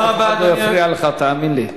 אף אחד לא יפריע לך, תאמין לי.